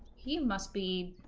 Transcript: he must be